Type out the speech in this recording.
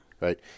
right